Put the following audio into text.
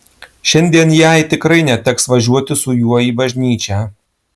šiandien jai tikrai neteks važiuoti su juo į bažnyčią